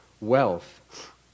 wealth